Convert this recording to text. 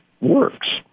works